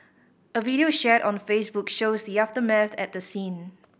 a video shared on Facebook shows the aftermath at the scene